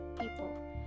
people